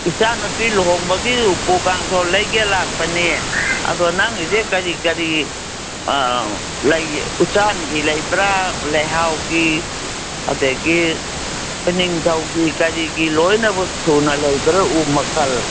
ꯏꯆꯥ ꯅꯨꯄꯤ ꯂꯨꯍꯣꯡꯕꯒꯤ ꯎꯄꯨ ꯀꯥꯡꯗꯣꯟ ꯂꯩꯒꯦ ꯂꯥꯛꯄꯅꯤ ꯑꯗꯣ ꯅꯪꯒꯤꯁꯦ ꯀꯔꯤ ꯀꯔꯤ ꯂꯩ ꯎꯆꯥꯟꯒꯤ ꯂꯩꯕꯔꯥ ꯂꯩꯍꯥꯎꯒꯤ ꯑꯗꯒꯤ ꯎꯅꯤꯡꯊꯧꯒꯤ ꯀꯔꯤꯒꯤ ꯂꯣꯏꯅꯃꯛ ꯁꯨꯅ ꯂꯩꯕꯔꯥ ꯎ ꯃꯈꯜ